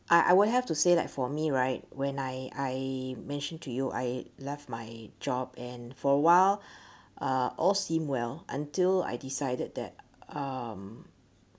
I I would have to say like for me right when I I mention to you I left my job and for awhile uh all seem well until I decided that um